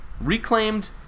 reclaimed